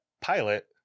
pilot